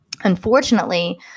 Unfortunately